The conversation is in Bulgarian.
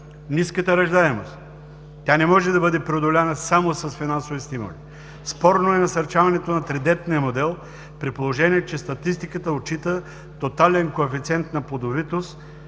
ниската раждаемост. Тя не може да бъде преодоляна само с финансови стимули. Спорно е насърчаването на тридетния модел, при положение че статистиката отчита тотален коефициент на плодовитост: